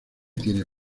tiene